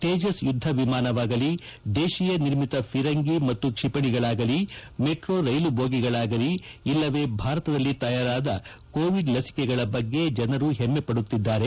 ತೇಜಸ್ ಯುದ್ದ ವಿಮಾನವಾಗಲಿ ದೇತಿಯ ನಿರ್ಮಿತ ಫಿರಂಗಿಗಳು ಮತ್ತು ಕ್ಷಿಪಣಿಗಳಾಗಲಿ ಮೆಟ್ರೋ ರೈಲು ಬೋಗಿಗಳಾಗಲಿ ಇಲ್ಲವೇ ಭಾರತದಲ್ಲಿ ತಯಾರಾದ ಕೋವಿಡ್ ಲಸಿಕೆಗಳ ಬಗ್ಗೆ ಜನರು ಹೆಮ್ಮೆ ಪಡುತ್ತಿದ್ದಾರೆ